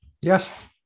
yes